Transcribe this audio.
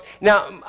Now